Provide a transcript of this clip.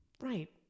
right